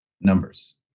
numbers